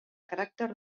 caràcter